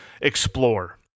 explore